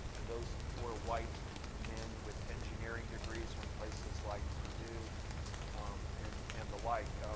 and those were white men with engineering degrees from places like purdue um and and the like.